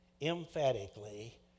emphatically